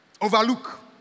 overlook